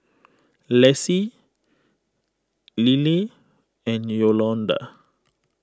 Lessie Lilie and Yolonda